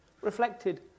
reflected